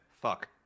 fuck